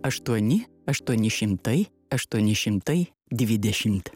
aštuoni aštuoni šimtai aštuoni šimtai dvidešimt